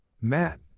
Matt